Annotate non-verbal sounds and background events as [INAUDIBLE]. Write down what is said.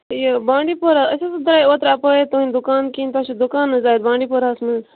یہ بانڈی پورہ أسۍ حَظ دراے اپٲرۍ تُہنٛد دُکان کِنۍ تۄہہِ چھُ دُکانس [UNINTELLIGIBLE] بانڈی پوراہس منٛز